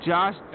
Josh